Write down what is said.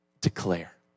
Declare